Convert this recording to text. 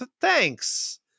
thanks